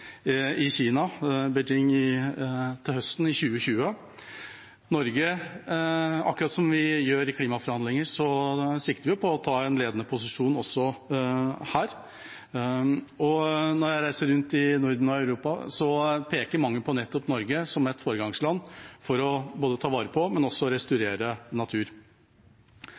i Beijing høsten 2020. Norge, akkurat som i klimaforhandlinger, sikter på å ta en ledende posisjon her. Når jeg reiser rundt i Norden og Europa, peker mange på nettopp Norge som et foregangsland for både å ta vare på og restaurere natur.